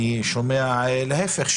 אני שומע להפך,